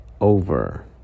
over